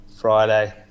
Friday